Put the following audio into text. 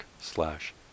slash